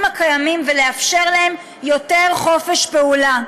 הקיימים ולאפשר להם יותר חופש פעולה.